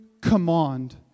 command